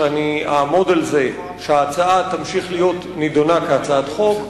שאעמוד על זה שההצעה תמשיך להיות נדונה כהצעת חוק,